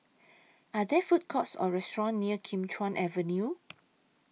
Are There Food Courts Or restaurants near Kim Chuan Avenue